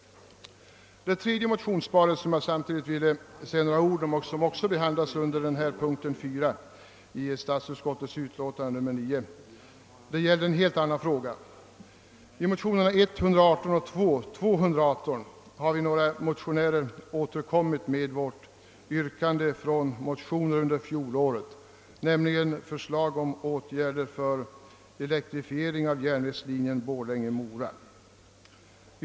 Det tredje motionspar som jag skulle vilja säga några ord om gäller en helt annan fråga. I motionerna I:118 och II: 218 har vi motionärer återkommit med vårt yrkande från förra året angående elektrifiering av järnvägslinjen Borlänge—Mora.